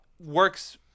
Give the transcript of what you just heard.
works